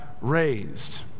raised